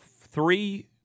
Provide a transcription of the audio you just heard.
three